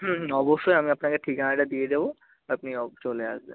হুম হুম অবশ্যই আমি আপনাকে ঠিকানাটা দিয়ে দেবো আপনি চলে আসবেন